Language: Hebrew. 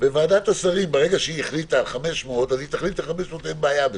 וברגע שוועדת השרים החליטה 500 אז היא תחליט את ה-500 ואין בעיה בזה.